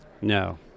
No